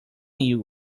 you